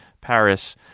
Paris